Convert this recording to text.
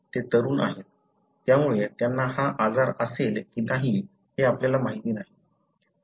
ते तरुण आहेत त्यामुळे त्यांना हा आजार असेल की नाही हे आपल्याला माहीत नाही